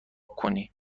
کنی